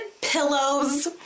pillows